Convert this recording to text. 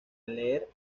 leer